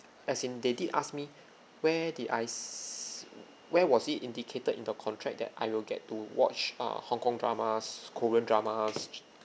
as in they did ask me where did I where was it indicated in the contract that I will get to watch uh hong kong dramas korean dramas